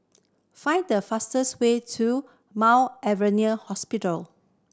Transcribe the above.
find the fastest way to Mount Alvernia Hospital